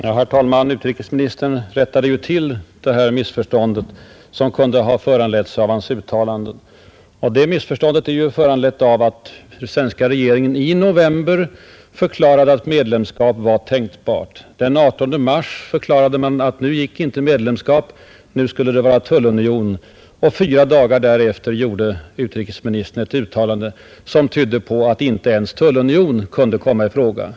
Herr talman! Utrikesministern rättade till det missförstånd som kunde ha föranletts av hans egna uttalanden. Och det missförståndet är ju föranlett av följande händelseutveckling. I november förklarade regeringen att medlemskap i EEC var tänkbart. Den 18 mars förklarade man att nu gick det inte med medlemskap; nu skulle det vara tullunion. Och fyra dagar senare gjorde utrikesministern ett uttalande som tydde på att inte ens en tullunion kunde komma i fråga.